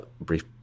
brief